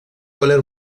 valer